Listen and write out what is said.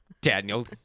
Daniel